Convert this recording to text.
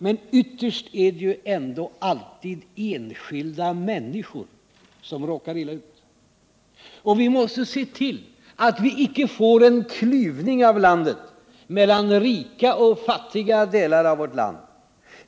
Men ytterst är det ändå alltid enskilda människor som råkar illa ut. Vi måste se till att vi icke får en klyvning mellan rika och fattiga delar av vårt land.